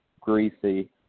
greasy